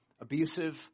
abusive